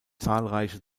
zahlreiche